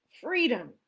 Freedom